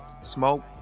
smoke